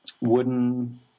wooden